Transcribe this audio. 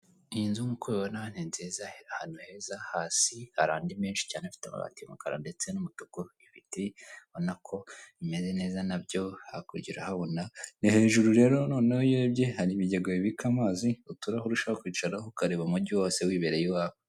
Iyi nzi nkuko mubibona ni nziza iri ahantu neza hasi hari andi menshi cyane afite amabati y'umukara ndetse n'umutuku ibiti ubona ko bimeze neza na byo hakurya urahabona, hejuru rero noneho iyo urebye hari ibigega bibika amazi, uturahuri ushobora kwicaraho ukareba umugi wose wicaye iwawe.